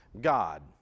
God